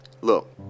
look